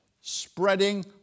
Spreading